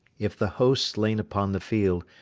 if the host slain upon the field,